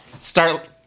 Start